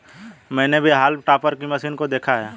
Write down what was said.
मैंने भी हॉल्म टॉपर की मशीन को देखा है